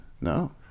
No